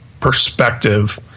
perspective